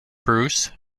bruce